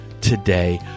today